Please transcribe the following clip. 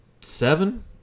seven